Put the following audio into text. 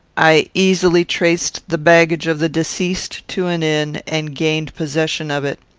i easily traced the baggage of the deceased to an inn, and gained possession of it.